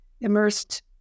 immersed